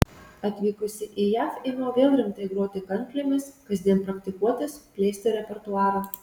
atvykusi į jav ėmiau vėl rimtai groti kanklėmis kasdien praktikuotis plėsti repertuarą